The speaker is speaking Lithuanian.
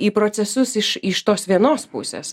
į procesus iš iš tos vienos pusės